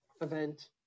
event